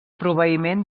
proveïment